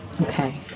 Okay